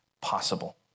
possible